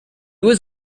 was